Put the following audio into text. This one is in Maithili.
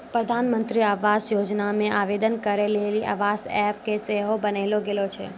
प्रधानमन्त्री आवास योजना मे आवेदन करै लेली आवास ऐप सेहो बनैलो गेलो छै